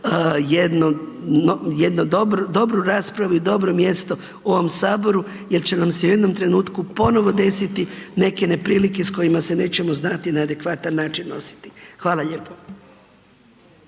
jednu dobru raspravu i dobro mjesto u ovom saboru jer će nam se u jednom trenutku ponovo desiti neke neprilike s kojima se nećemo znati na adekvatan način nositi. Hvala lijepo.